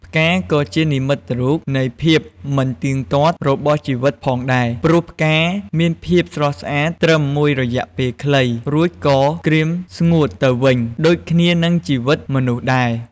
ផ្កាក៏ជានិមិត្តរូបនៃភាពមិនទៀងទាត់របស់ជីវិតផងដែរ ព្រោះផ្កាមានភាពស្រស់ស្អាតត្រឹមមួយរយៈពេលខ្លី រួចក៏ក្រៀមស្ងួតទៅវិញ ដូចគ្នានឹងជីវិតមនុស្សដែរ។